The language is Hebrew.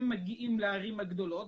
הם מגיעים לערים הגדולות,